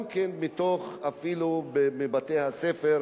גם בתוך בתי-הספר,